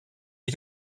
est